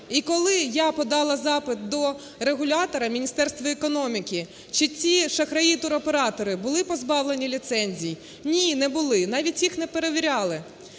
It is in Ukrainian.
і коли я подала запит до регулятора - Міністерства економіки, чи ці шахраї-туроператори були позбавлені ліцензій, – ні, не були, навіть їх не перевіряли.